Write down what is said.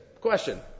question